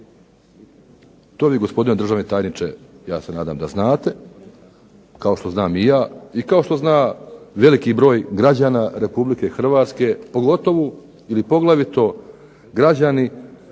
To vi gospodine državni tajniče ja se nadam da znate, kao što znam i ja i kao što zna veliki broj građana Republike Hrvatske, pogotovo građani u